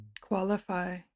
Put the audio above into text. qualify